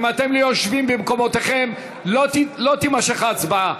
אם אתם יושבים שלא במקומותיכם לא תימשך ההצבעה.